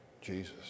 Jesus